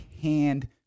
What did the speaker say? hand